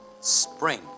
Spring